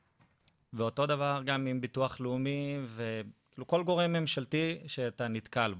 ואותו דבר גם עם ביטוח לאומי וכל גורם ממשלתי שאתה נתקל בו.